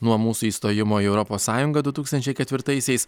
nuo mūsų įstojimo į europos sąjungą du tūkstančiai ketvirtaisiais